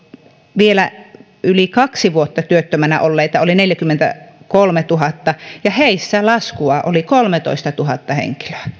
vielä yli kaksi vuotta työttömänä olleita oli neljäkymmentäkolmetuhatta ja heissä laskua oli kolmetoistatuhatta henkilöä